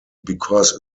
because